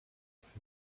food